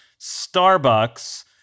Starbucks